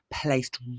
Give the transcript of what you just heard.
placed